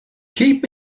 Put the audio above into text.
keep